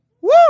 Woo